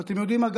ואתם יודעים מה,